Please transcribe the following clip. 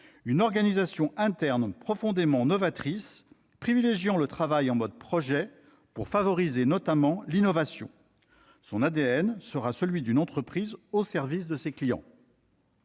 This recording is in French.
une organisation interne profondément novatrice, privilégiant le travail en mode projet pour favoriser, notamment, l'innovation ; son ADN sera celui d'une entreprise au service de ses clients